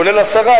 כולל השרה,